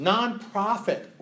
Non-profit